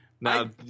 Now